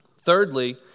Thirdly